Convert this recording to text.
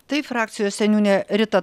tai frakcijos seniūnė rita